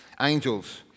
angels